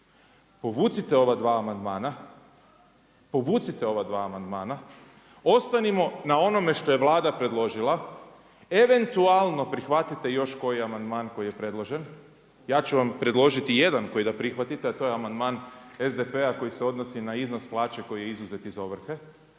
vam reći nešto drugo. Povucite ova dva amandmana, ostanimo na onome što je Vlada predložila. Eventualno prihvatite još koji amandman koji je predložen. Ja ću vam predložiti jedan koji da prihvatite, a to je amandman SDP-a koji se odnosi na iznos plaće koji je izuzet iz ovrhe.